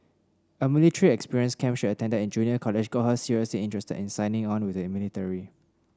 a military experience camp she attended in junior college got her seriously interested in signing on with the military